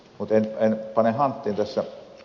mutta en pane hanttiin tässä